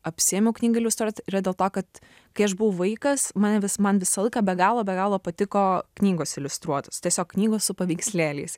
apsiėmiau knygą iliustruot yra dėl to kad kai aš buvau vaikas mane vis man visą laiką be galo be galo patiko knygos iliustruotos tiesiog knygos su paveikslėliais